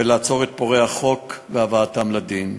לעצור את פורעי החוק ולהביאם לדין.